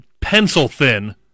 pencil-thin